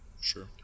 Sure